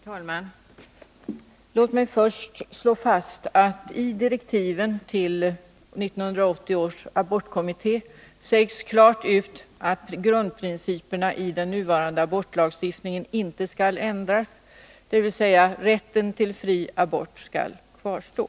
Herr talman! Låt mig först slå fast att det i direktiven till 1980 års abortkommitté klart sägs ut att grundprinciperna i den nuvarande abortlagstiftningen inte skall ändras, dvs. rätten till fri abort skall kvarstå.